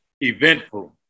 Eventful